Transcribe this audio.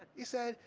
he said,